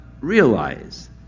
realize